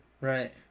Right